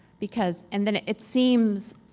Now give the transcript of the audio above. because. and then it seems